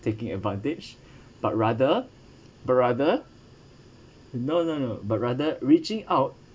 taking advantage but rather but rather no no no but rather reaching out